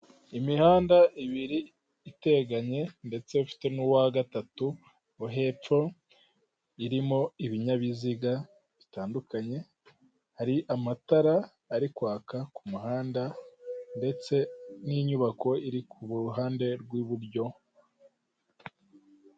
Imihanda ibiri iteganye ndetse ifite n'uwagatatu wo hepfo, irimo ibinyabiziga bitandukanye, hari amatara ari kwaka k'umuhanda, ndetse n'inyubako iri k'uruhanda rw'iburyo.